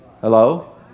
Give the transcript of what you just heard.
Hello